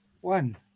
one